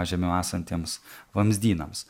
žemiau esantiems vamzdynams